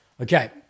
Okay